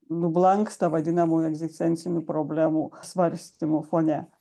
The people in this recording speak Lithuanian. nublanksta vadinamų egzistencinių problemų svarstymų fone